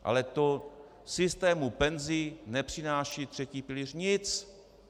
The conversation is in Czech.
Ale to systému penzí nepřináší třetí pilíř nic!